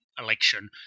Election